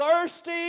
thirsty